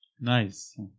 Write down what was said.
Nice